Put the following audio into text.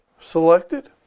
selected